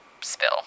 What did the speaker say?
spill